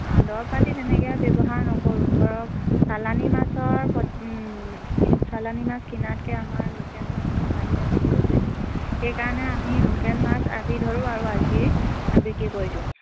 দৰৱ পাতি তেনেকৈ ব্যৱহাৰ নকৰোঁ ধৰক চালানী মাছৰ চালানী মাছ কিনাতকৈ আমাৰ লোকেল মাছৰ চাহিদাটো বহুত বেছি সেইকাৰণে আমি লোকেল মাছ আজি ধৰোঁ আৰু আজিয়েই বিক্ৰী কৰি দিওঁ